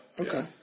Okay